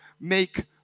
make